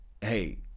hey